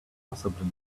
possibly